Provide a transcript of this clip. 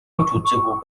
үзээгүй